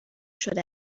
شده